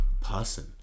person